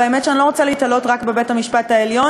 והאמת היא שאני לא רוצה להיתלות רק בבית-המשפט העליון,